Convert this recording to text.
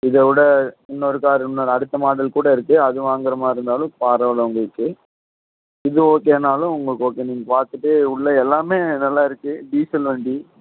இதைவிட இன்னொரு கார் இன்னொன்று அடுத்த மாடல் கூட இருக்குது அது வாங்குறமாதிரி இருந்தாலும் பரவாயில்லை உங்களுக்கு இது ஓகேன்னாலும் உங்களுக்கு ஓகே நீங்கள் பார்த்துட்டு உள்ளே எல்லாமே நல்லா இருக்குது டீசல் வண்டி